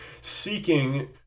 seeking